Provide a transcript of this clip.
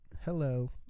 Hello